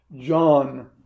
John